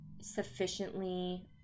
sufficiently